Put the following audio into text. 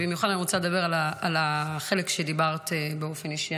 במיוחד אני רוצה לדבר על החלק שבו דיברת באופן אישי.